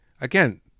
again